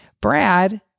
Brad